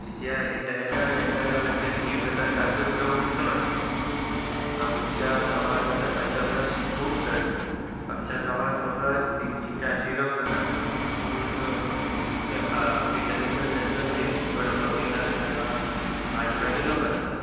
ज्या इंटरनॅशनल आनी नॅशनल लेवलाचेर गेम जाता तातूंत लोक चड आमच्या गांवांत जाता ताच्या परस खूब चड आमच्या गांवांत फकत तिनशीं चारशीं लोक जाता पूण दुसऱ्या इंटरनॅशनल नॅशनल गेम्स पळोवपाक गेल्यार तेंगा हाजरांनी लोक आसता